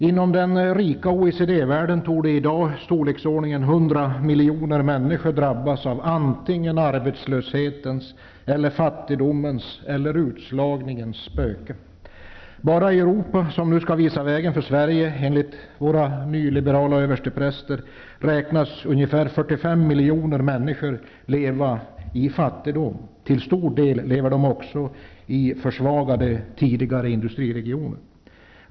Inom den rika OECD-världen torde i dag i storleksordningen 100 miljoner människor vara drabbade antingen av arbetslöshetens, fattigdomens eller utslagningens spöken. Bara i Europa, som nu skall visa vägen för Sverige enligt våra nyliberala överstepräster, räknas ungefär 45 miljoner människor leva i fattigdom. De lever till stor del i försvagade industriregioner.